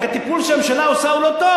רק הטיפול שהממשלה עושה הוא לא טוב,